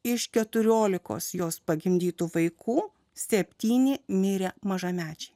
iš keturiolikos jos pagimdytų vaikų septyni mirė mažamečiai